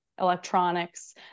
electronics